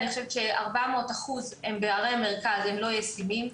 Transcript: אני חושבת ש-400% בערי המרכז הם לא ישימים.